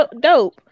dope